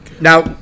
now